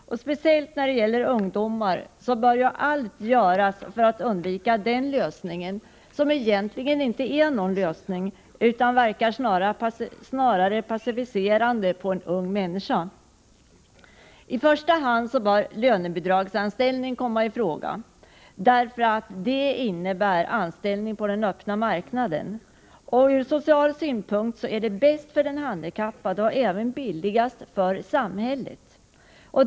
Speciellt när det gäller ungdomar bör allt göras för att undvika den lösningen, som egentligen inte är någon lösning utan snarast verkar passiviserande på en ung människa. I första hand bör lönebidragsanställning komma i fråga, eftersom det innebär anställning på den öppna marknaden. Ur social synpunkt är det bäst för den handikappade — och det är även billigast för samhället.